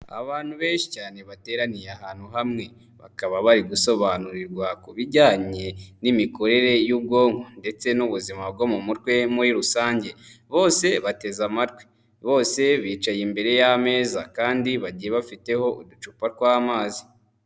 Abantu benshi cyane bateraniye ahantu hamwe, bakaba bari gusobanurirwa ku bijyanye n'imikorere y'ubwonko ndetse n'ubuzima bwo mu mutwe muri rusange, bose bateze amatwi, bose bicaye imbere y'ameza kandi bagiye bafiteho uducupa tw'amazi.